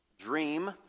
dream